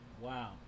Wow